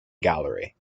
gallery